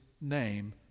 name